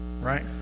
right